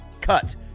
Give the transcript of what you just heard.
cut